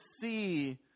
see